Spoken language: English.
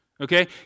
Okay